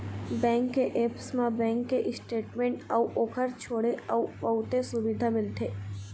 bank के apps म bank के स्टेटमेंट अउ ओखर छोड़े अउ बहुते सुबिधा मिलथे